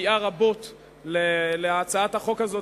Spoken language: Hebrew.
סייעה רבות להצעת החוק הזאת,